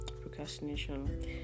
procrastination